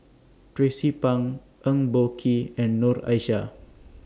Tracie Pang Eng Boh Kee and Noor Aishah